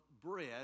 bread